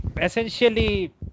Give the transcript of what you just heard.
essentially